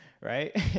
right